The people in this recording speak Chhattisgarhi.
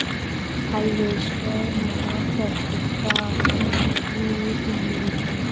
हारवेस्टर म कतका छूट मिलही?